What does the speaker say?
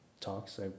talks